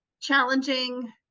Challenging